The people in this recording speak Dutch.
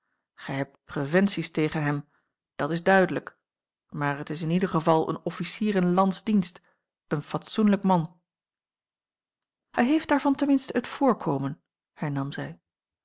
gij hebt preventies tegen hem dat is duidelijk maar t is in ieder geval een officier in landsdienst een fatsoenlijk man hij heeft daarvan ten minste het voorkomen hernam zij